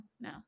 no